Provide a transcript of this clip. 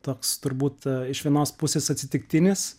toks turbūt iš vienos pusės atsitiktinis